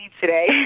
today